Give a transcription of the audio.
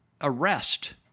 arrest